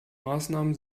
maßnahmen